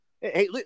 hey